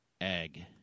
Egg